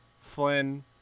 Flynn